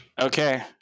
Okay